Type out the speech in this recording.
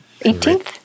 18th